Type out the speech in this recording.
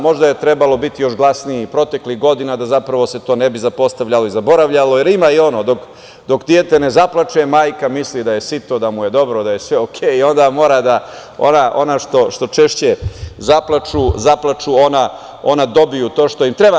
Možda je trebalo biti još glasniji proteklih godina da se to ne bi zapostavljalo i zaboravljalo, jer ima i ono – dok dete ne zaplače, majka misli da je sito, da mu je dobro da je sve OK i onda mora da, ona što češće zaplaču - ona dobiju to što im treba.